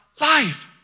life